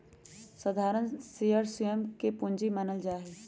साधारण शेयर स्वयं के पूंजी मानल जा हई